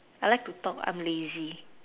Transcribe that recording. I like to talk I'm lazy